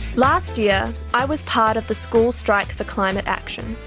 last year i was part of the school strike for climate action.